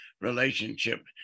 relationship